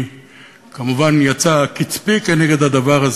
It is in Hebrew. כמובן יצא קצפי כנגד הדבר.